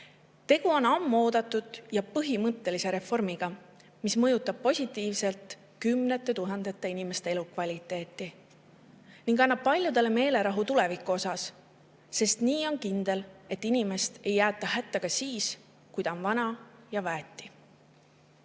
Tegu on ammu oodatud ja põhimõttelise reformiga, mis mõjutab positiivselt kümnete tuhandete inimeste elukvaliteeti ning annab paljudele meelerahu tuleviku ees, sest nii on kindel, et inimest ei jäeta hätta ka siis, kui ta on vana ja väeti.